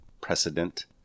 precedent